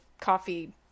coffee